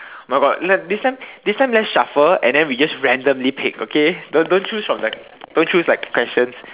my God let this time this time let's shuffle and then we just randomly pick okay don't don't choose from the like don't choose questions